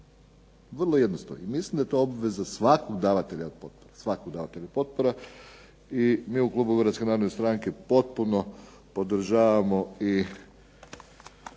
Vrlo jednostavno. I mislim da je to obveza svakog davatelja potpora. I mi u klubu Hrvatske narodne stranke potpuno podržavamo i